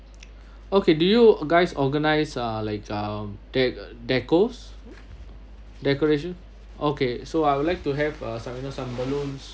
okay do you guys organize ah like um dec~ decos decoration okay so I would like to have uh you know some balloons